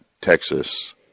Texas